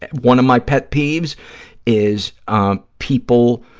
one of my pet peeves is um people